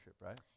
right